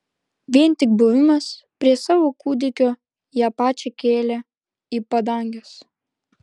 vien tik buvimas prie savo kūdikio ją pačią kėlė į padanges